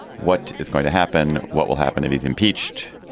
what is going to happen? what will happen if he's impeached?